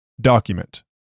Document